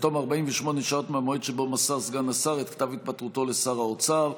בתום 48 שעות מהמועד שבו מסר סגן השר את כתב התפטרותו לשר האוצר.